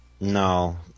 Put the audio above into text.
no